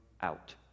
out